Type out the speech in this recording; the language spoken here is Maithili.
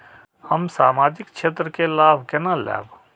हम सामाजिक क्षेत्र के लाभ केना लैब?